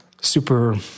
super